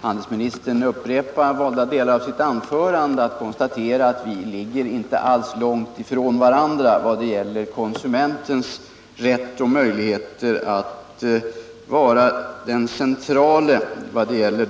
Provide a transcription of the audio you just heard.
handelsministern upprepa valda delar av sitt anförande är jag beredd att konstatera att vi inte alls ligger långt ifrån varandra när det gäller konsumentens rätt och möjligheter att vara den centrale när det gäller